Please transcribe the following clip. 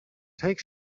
take